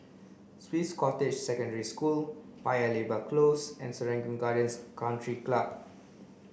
Swiss Cottage Secondary School Paya Lebar Close and Serangoon Gardens Country Club